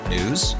News